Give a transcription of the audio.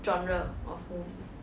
genre of movie